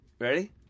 Ready